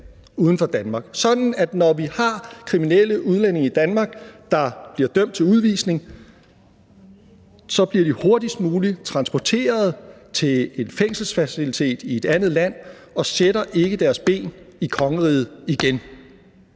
uden for Danmark, sådan at når vi har kriminelle udlændinge i Danmark, der bliver dømt til udvisning, så bliver de hurtigst muligt transporteret til en fængselsfacilitet i et andet land og sætter ikke deres ben i kongeriget igen.